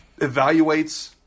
evaluates